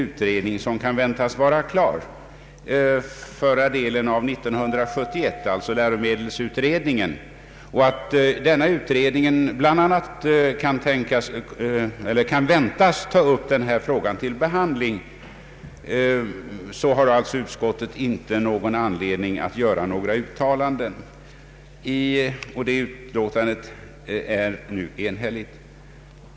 Utskottet skriver att ”detta problem kommer att bli behandlat av läromedelsutredningen i ett betänkande, som är att vänta under förra delen av år 1971, och anser sig därför inte böra föreslå riksdagen att göra något uttalande i frågan”.